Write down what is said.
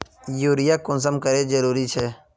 Urea कुंसम करे जरूरी छै?